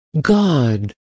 God